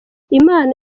imana